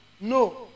No